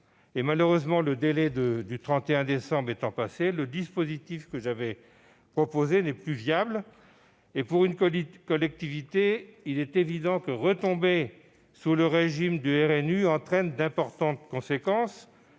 Malheureusement, le délai du 31 décembre étant passé, le dispositif que j'avais proposé n'est plus viable. Pour une collectivité, retomber sous le régime du RNU entraîne d'importantes conséquences